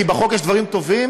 כי בחוק יש דברים טובים,